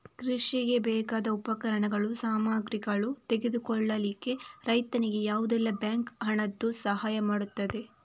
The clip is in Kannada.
ಕೃಷಿಗೆ ಬೇಕಾದ ಉಪಕರಣಗಳು, ಸಾಮಗ್ರಿಗಳನ್ನು ತೆಗೆದುಕೊಳ್ಳಿಕ್ಕೆ ರೈತನಿಗೆ ಯಾವುದೆಲ್ಲ ಬ್ಯಾಂಕ್ ಹಣದ್ದು ಸಹಾಯ ಮಾಡ್ತದೆ?